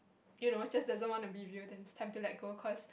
you know just doesn't want to be with you then it's time to let go cause